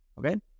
Okay